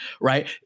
right